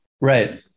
right